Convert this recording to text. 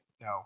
No